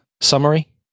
summary